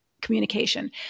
communication